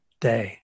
day